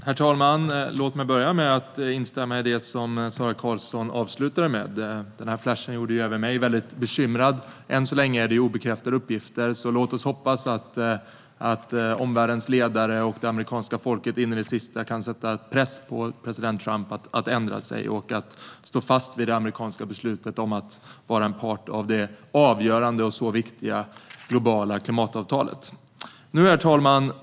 Herr talman! Låt mig börja med att instämma i det som Sara Karlsson avslutade med. Flashen gjorde även mig bekymrad. Än så länge är det obekräftade uppgifter. Låt oss hoppas att omvärldens ledare och det amerikanska folket in i det sista kan sätta press på president Trump att ändra sig och stå fast vid det amerikanska beslutet om att vara en part i det avgörande och så viktiga globala klimatavtalet. Herr talman!